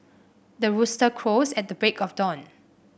the rooster crows at the break of dawn